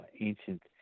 ancient